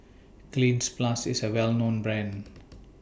Cleanz Plus IS A Well known Brand